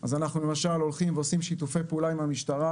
אז אנחנו עושים שיתופי פעולה עם המשטרה